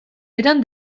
eran